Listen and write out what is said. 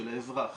של האזרח,